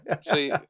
see